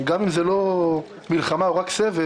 גם אם זה לא מלחמה או רק סבב.